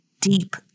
deep